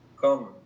come